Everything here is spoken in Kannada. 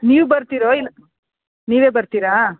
ನೀವು ಬರ್ತೀರೋ ಇಲ್ಲ ನೀವೇ ಬರ್ತೀರಾ